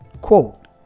Quote